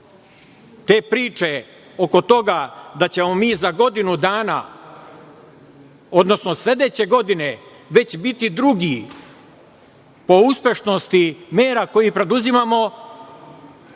Te priče oko toga da ćemo mi za godinu dana, odnosno sledeće godine već biti drugi po uspešnosti mera koje preduzimamo,